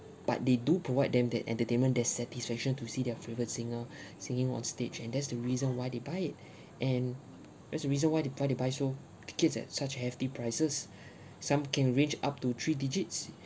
but they do provide them that entertainment their satisfaction to see their favourite singer singing on stage and that's the reason why they buy it and that's the reason why they why they buy so tickets at such a hefty prices some can reach up to three digits